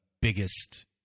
biggest